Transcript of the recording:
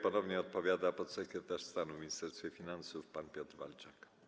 Ponownie odpowiada podsekretarz stanu w Ministerstwie Finansów pan Piotr Walczak.